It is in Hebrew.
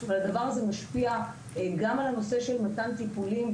והדבר הזה משפיע גם על הנושא של מתן טיפולים,